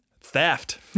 theft